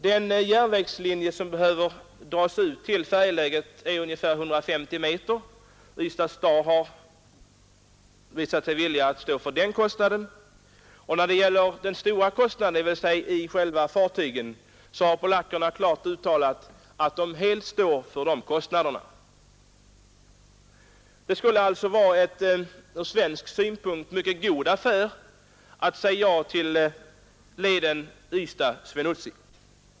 Den järnvägslinje som behöver dras ut till färjeläget är ungefär 150 meter lång och Ystads kommun har visat sig villig att stå för den kostnaden. När det gäller de stora kostnaderna, dvs. för själva fartygen, har polackerna klart uttalat att de helt står för dem. Det skulle alltså vara en ur svensk synpunkt mycket god affär att säga ja till linjen Ystad—Swinoujscie.